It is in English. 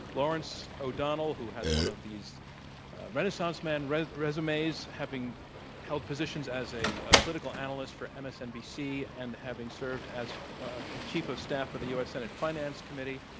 lawrence o'donnell, who has one of these renaissance men resumes, having held positions as a political analyst for msnbc and having served as chief of staff for the u. s. senate finance committee,